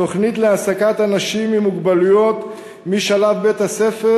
תוכנית להעסקת אנשים עם מוגבלויות משלב בית-הספר